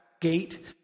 gate